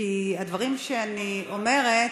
כי הדברים שאני אומרת,